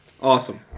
Awesome